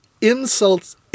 insults